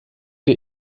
der